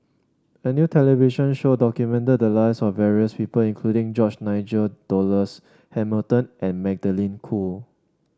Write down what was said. a new television show documented the lives of various people including George Nigel Douglas Hamilton and Magdalene Khoo